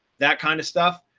that kind of stuff,